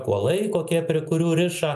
kuolai kokie prie kurių riša